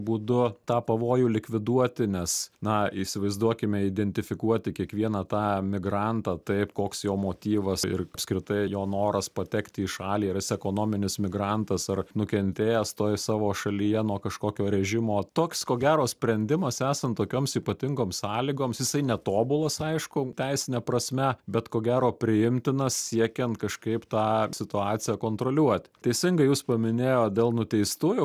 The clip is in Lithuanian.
būdu tą pavojų likviduoti nes na įsivaizduokime identifikuoti kiekvieną tą migrantą taip koks jo motyvas ir apskritai jo noras patekti į šalį ar jis ekonominis migrantas ar nukentėjęs toj savo šalyje nuo kažkokio režimo toks ko gero sprendimas esant tokioms ypatingoms sąlygoms jisai netobulas aišku teisine prasme bet ko gero priimtinas siekiant kažkaip tą situaciją kontroliuot teisingai jūs paminėjot dėl nuteistųjų